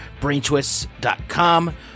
Braintwists.com